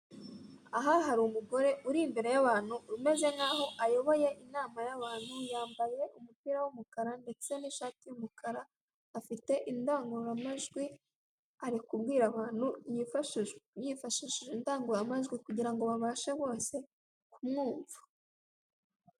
Aha hari umugore uri imbere y'abantu umeze nk'aho ayoboye inama y'abantu. Yambaye umupira w'umukara ndetse n'ishati y'umukara, afite indangurumajwi, ari kubwira abantu yifashishije indangururamajwi kugirango babashe bose kumwumva.